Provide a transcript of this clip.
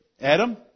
Adam